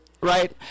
Right